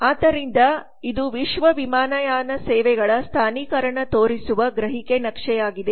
ಆದ್ದರಿಂದ ಇದು ವಿಶ್ವದ ವಿಮಾನಯಾನ ಸೇವೆಗಳ ಸ್ಥಾನೀಕರಣ ತೋರಿಸುವ ಗ್ರಹಿಕೆ ನಕ್ಷೆಯಾಗಿದೆ